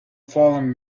fallen